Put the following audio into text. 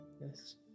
Yes